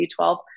B12